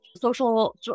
social